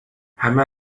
همه